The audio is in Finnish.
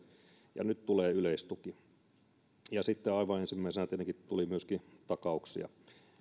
ja nyt tulee yleistuki ja sitten aivan ensimmäisenä tietenkin tuli myöskin takauksia